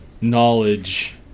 knowledge